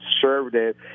conservative